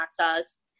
access